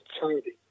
charity